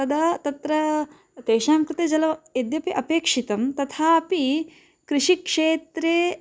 तदा तत्र तेषां कृते जल यद्यपि अपेक्षितं तथापि कृषिक्षेत्रे